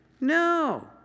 No